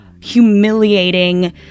humiliating